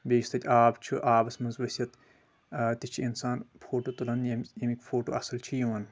بیٚیہِ یُس تَتہِ آب چھُ آبس منٛز ؤسِتھ تہِ چھ اِنسان فوٹو تُلان ییٚمہِ ییٚمِکۍ فوٹو اَصل چھ یِوان